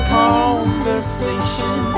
conversation